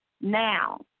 now